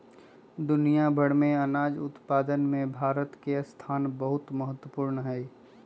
दुनिया भर के अनाज उत्पादन में भारत के स्थान बहुत महत्वपूर्ण हई